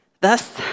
Thus